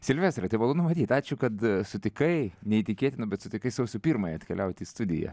silvestrai tai malonu matyt ačiū kad sutikai neįtikėtina bet sutikai sausio pirmąją atkeliaut į studiją